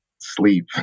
sleep